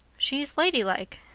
she's ladylike.